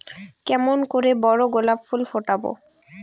কেমন করে বড় গোলাপ ফুল ফোটাব?